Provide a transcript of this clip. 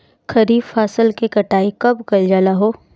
खरिफ फासल के कटाई कब कइल जाला हो?